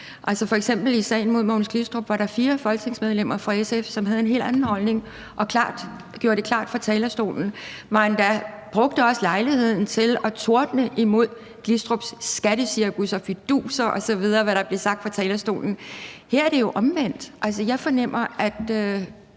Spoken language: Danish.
der i sagen mod Mogens Glistrup fire folketingsmedlemmer fra SF, som havde en helt anden holdning og gjorde det klart fra talerstolen. Man brugte endda også lejligheden til at tordne imod Glistrups skattecirkus og fiduser, og hvad der ellers blev sagt fra